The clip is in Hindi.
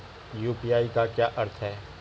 यू.पी.आई का क्या अर्थ है?